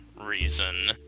reason